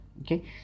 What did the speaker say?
okay